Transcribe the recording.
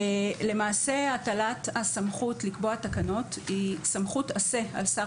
למעשה הטלת הסמכות לקבוע תקנות היא סמכות 'עשה' על שר